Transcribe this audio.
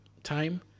Time